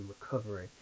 Recovery